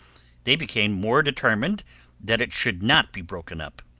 they became more determined that it should not be broken up,